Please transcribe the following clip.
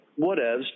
whatevs